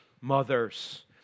mothers